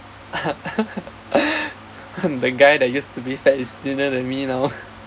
the guy that used to be fat is thinner than me now